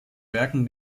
werken